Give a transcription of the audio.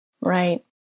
Right